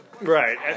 Right